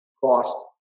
cost